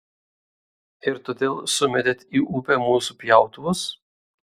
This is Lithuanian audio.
ir todėl sumėtei į upę mūsų pjautuvus